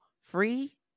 free